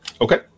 Okay